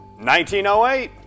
1908